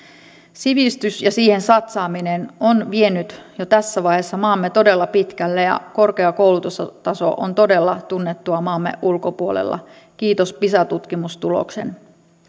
sivistys ja siihen satsaaminen on vienyt jo tässä vaiheessa maamme todella pitkälle ja korkea koulutustaso on todella tunnettua maamme ulkopuolella kiitos pisa tutkimustuloksen